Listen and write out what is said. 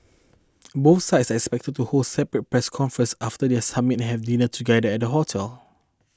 both sides are expected to hold separate press conferences after their summit and have dinner together at the hotel